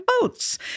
boats